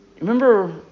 Remember